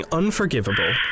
unforgivable